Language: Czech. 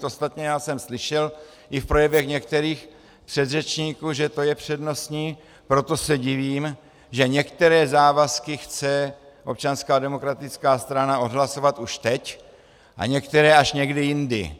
Ostatně já jsem slyšel i v projevech některých předřečníků, že to je přednostní, proto se divím, že některé závazky chce Občanská demokratická strana odhlasovat už teď a některé až někdy jindy.